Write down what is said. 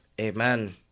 Amen